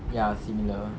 ya similar